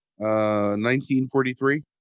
1943